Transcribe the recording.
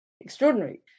extraordinary